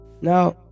Now